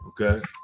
okay